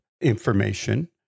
information